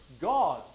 God